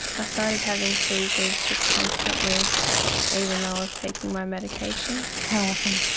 i started having seizures just constantly even though i was taking my medication. how often?